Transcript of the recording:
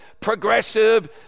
progressive